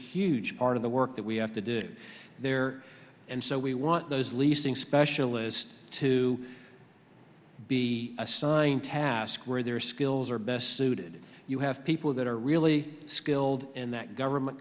huge part of the work that we have to do there and so we want those leasing specialist to be assigned task where their skills are best suited you have people that are really skilled in that government